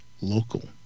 local